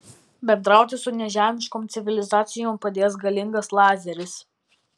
bendrauti su nežemiškom civilizacijom padės galingas lazeris